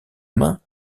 main